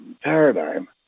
paradigm